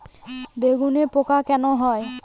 বেগুনে পোকা কেন হয়?